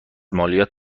مالیات